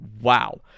wow